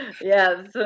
Yes